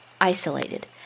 isolated